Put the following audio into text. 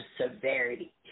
severity